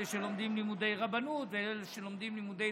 אלה שלומדים לימודי רבנות ואלה שלומדים לימודי